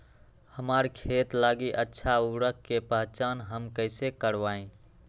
हमार खेत लागी अच्छा उर्वरक के पहचान हम कैसे करवाई?